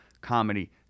comedy